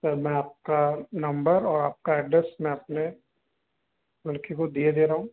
sir मैं आपका number और आपका एड्रेस अपने लड़के को दिए दे रहा हूँ